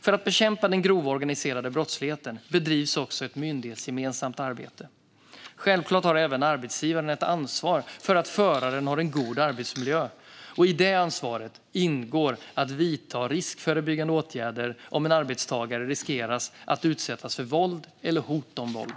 För att bekämpa den grova organiserade brottsligheten bedrivs också ett myndighetsgemensamt arbete. Självklart har även arbetsgivaren ett ansvar för att föraren har en god arbetsmiljö, och i det ansvaret ingår att vidta riskförebyggande åtgärder om en arbetstagare riskerar att utsättas för våld eller hot om våld.